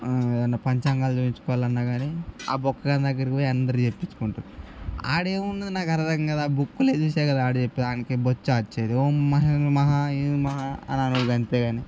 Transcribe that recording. ఏదైనా పంచాంగాలు చూపించుకోవాలన్నా కాని ఆ బొక్కగాన్ దగ్గరకి పోయి అందరూ చెప్పించుకుంటారు అక్కడేముందో నాకు అర్థం కాదు ఆ బుక్కులో చూసే కదా వాడు చెప్పేది ఆయనికేం బొచ్చా వచ్చేది ఓం మహా ఈం మహా ఈం మహా అని అనడం అంతే కాని